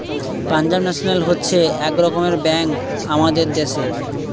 Punjab national হচ্ছে এক রকমের ব্যাঙ্ক আমাদের দ্যাশের